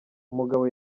umugabo